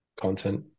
content